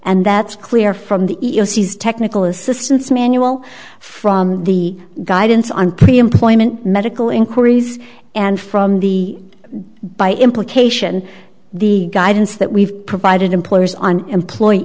and that's clear from the e e o c technical assistance manual from the guidance on pre employment medical inquiries and from the by implication the guidance that we've provided employers on employee